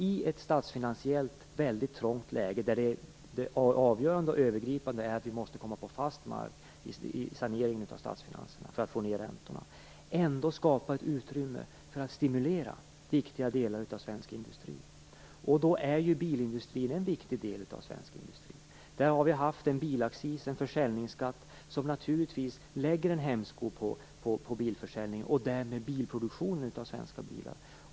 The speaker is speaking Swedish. I ett statsfinansiellt väldigt trångt läge, där det avgörande och övergripande är att vi måste komma på fast mark i saneringen av statsfinanserna för att få ned räntorna, handlar det om att ändå skapa ett utrymme för att stimulera viktiga delar av svensk industri. Bilindustrin är en sådan viktig del av svensk industri. Vi har haft en bilaccis, en försäljningsskatt, som naturligtvis lägger en hämsko på bilförsäljningen och därmed produktionen av svenska bilar.